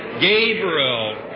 Gabriel